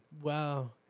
Wow